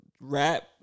rap